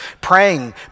praying